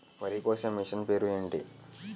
వరి కోసే మిషన్ పేరు ఏంటి